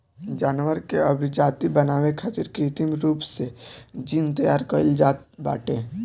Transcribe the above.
जानवर के अभिजाति बनावे खातिर कृत्रिम रूप से जीन तैयार कईल जात बाटे